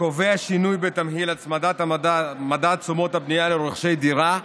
שקובע שינוי בתמהיל הצמדת מדד תשומות הבנייה לרוכשי דירה מקבלן.